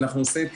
אנחנו עושים,